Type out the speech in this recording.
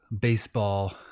baseball